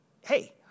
hey